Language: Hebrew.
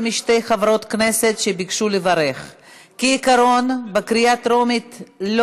הכנסת, בקריאה טרומית.